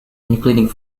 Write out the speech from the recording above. including